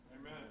Amen